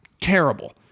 terrible